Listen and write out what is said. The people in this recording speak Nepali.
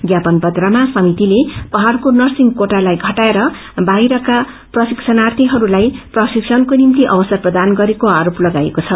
ज्ञापन पत्रमा समितिले पझड्को नर्सिग कोटालाई घटाएर वाहिरका प्रशिक्षणार्थीहरूलाई प्रशिक्षणको निम्ति अवसर प्रदान गरेको आरोप लगाइएको छ